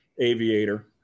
Aviator